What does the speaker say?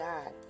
God